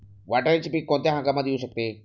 वाटाण्याचे पीक कोणत्या हंगामात येऊ शकते?